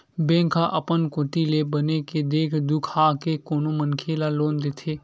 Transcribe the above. bank ह अपन कोती ले बने के देख दुखा के कोनो मनखे ल लोन देथे